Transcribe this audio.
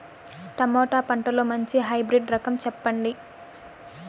Tomato పంటలో మంచి hybrid రకం చెప్పండి?